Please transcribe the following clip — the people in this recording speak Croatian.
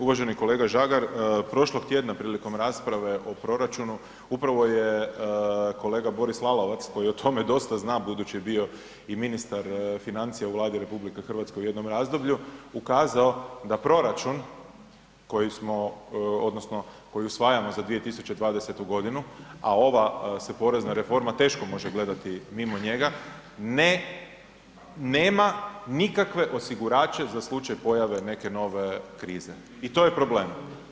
Uvaženi kolega Žagar, prošlog tjedna prilikom rasprave o proračunu upravo je kolega Boris Lalovac koji o tome dosta zna budući je bio i ministar financija u Vladi RH u jednom razdoblju, ukazao da proračun koji smo odnosno koji usvajamo za 2020.g., a ova se porezna reforma teško može gledati mimo njega, ne, nema nikakve osigurače za slučaj pojave neke nove krize i to je problem.